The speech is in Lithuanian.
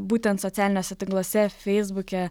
būtent socialiniuose tinkluose feisbuke